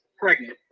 pregnant